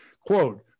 quote